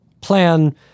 plan